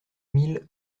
mille